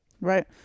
right